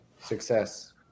Success